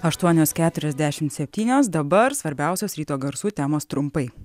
aštuonios keturiasdešimt septynios dabar svarbiausios ryto garsų temos trumpai